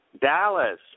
Dallas